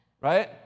Right